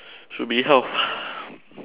should be health